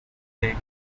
day